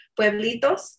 pueblitos